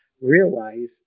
realize